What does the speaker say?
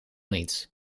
niet